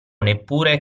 neppure